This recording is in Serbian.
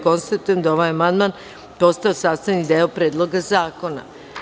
Konstatujem da je ovaj amandman postao sastavni deo Predloga zakona.